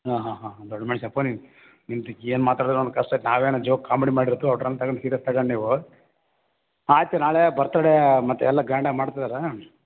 ಹಾಂ ಹಾಂ ಹಾಂ ದೊಡ್ಡ ಮನುಷ್ಯಪ್ಪ ನೀನು ಏನು ಮಾತಾಡಿದ್ರು ನಂಗೆ ಕಷ್ಟಾಯ್ತು ನಾವೇನೋ ಜೋಕ್ ಕಾಮಿಡಿ ಮಾಡಿರ್ತೇವೆ ತಗಂಡು ಸೀರ್ಯಸ್ ತಗಂಡು ನೀವು ಆಯಿತು ನಾಳೆ ಬರ್ತಡೇ ಮತ್ತೆ ಎಲ್ಲ ಗ್ರ್ಯಾಂಡಾಗಿ ಮಾಡ್ತಿದ್ದಾರೆ